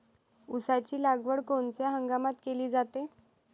ऊसाची लागवड कोनच्या हंगामात केली जाते?